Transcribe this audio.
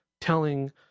telling